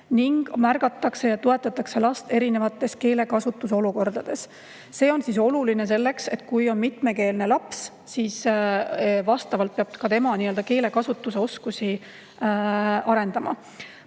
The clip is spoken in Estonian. ning märgatakse ja toetatakse last erinevates keelekasutusolukordades. See on oluline selleks, et kui on mitmekeelne laps, siis vastavalt peab ka tema nii-öelda keelekasutuse oskusi arendama.